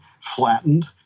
flattened